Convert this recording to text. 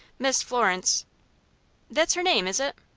miss florence that's her name, is it?